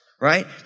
Right